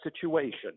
situation